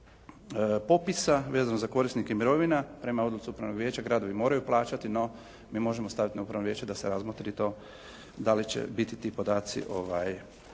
popisa vezano za korisnike mirovina. Prema odluci upravnog vijeća gradovi moraju plaćati, no mi možemo stavit na upravno vijeće da se razmotri to da li će biti ti podaci